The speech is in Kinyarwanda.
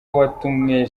watumwe